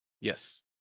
Yes